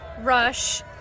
Rush